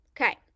Okay